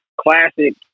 classic